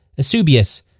Asubius